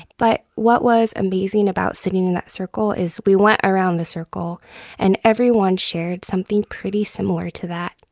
but what was amazing about sitting in that circle is we went around the circle and everyone shared something pretty similar to that.